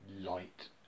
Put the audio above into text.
light